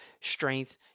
strength